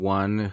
one